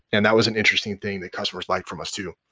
and that was an interesting thing that customers liked from us too.